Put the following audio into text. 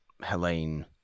Helene